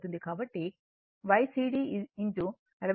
కాబట్టి ఇది Ycd 44